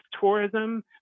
tourism